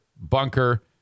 Bunker